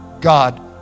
God